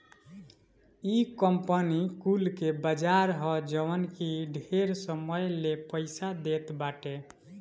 इ कंपनी कुल के बाजार ह जवन की ढेर समय ले पईसा देत बाटे